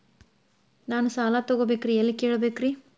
ನಾನು ಸಾಲ ತೊಗೋಬೇಕ್ರಿ ಎಲ್ಲ ಕೇಳಬೇಕ್ರಿ?